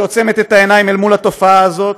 שעוצמת את העיניים אל מול התופעה הזאת,